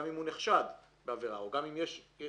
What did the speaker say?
גם אם הוא נחשד בעבירה או גם אם יש יסוד